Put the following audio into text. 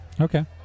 Okay